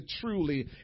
truly